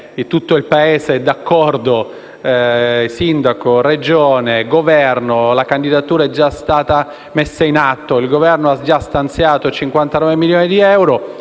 tutto il Paese è d'accordo (sindaco, Regione e Governo), che la candidatura è già stata messa in atto e che il Governo ha già stanziato 59 milioni di euro.